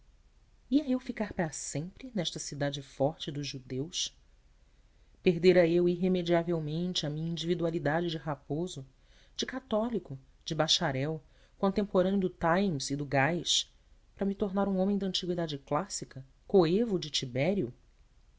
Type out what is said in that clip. ia eu ficar para sempre nesta cidade forte dos judeus perdera eu irre mediavelmente a minha individualidade de raposo de católico de bacharel contemporâneo do times e do gás para me tornar um homem da antigüidade clássica coevo de tibério